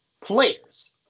players